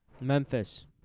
Memphis